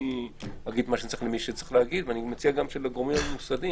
אני אגיד מה שצריך למי שצריך להגיד,